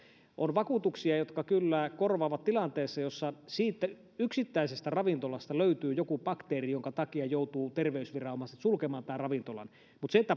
on vakuutuksia jotka kyllä korvaavat tilanteessa jossa yksittäisestä ravintolasta löytyy joku bakteeri jonka takia terveysviranomaiset joutuvat sulkemaan tämän ravintolan mutta kun